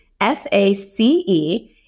F-A-C-E